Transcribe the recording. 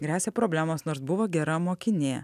gresia problemos nors buvo gera mokinė